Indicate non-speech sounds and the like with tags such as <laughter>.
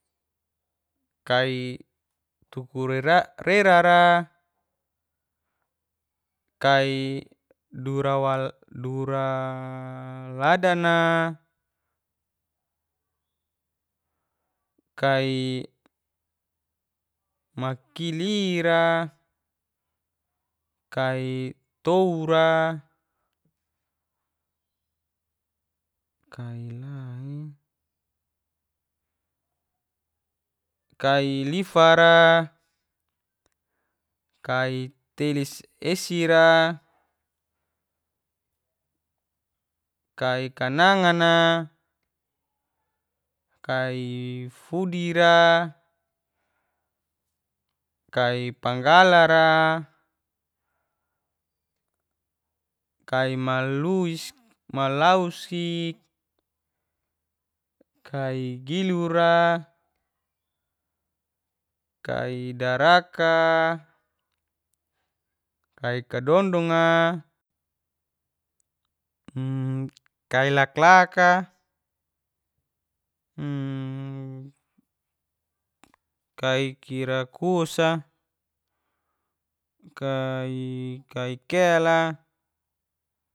Kai, <unintelligible> kai <hesitation> duraladana, kai maki'lira, kai tou'ra, kai lai <hesitation> kai lifara, kai telis esira, kai kanangana, kai fudira, panggalara, kai <hesitation> malusi, kai gilura, kai daraka, kai kadon donga, <hesitation> kai laklaka, <hesitation> kai girakusa, kai kela.